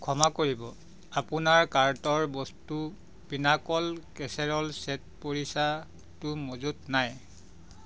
ক্ষমা কৰিব আপোনাৰ কাৰ্টৰ বস্তু পিনাকল কেচেৰল চেট পৰিছাটো মজুত নাই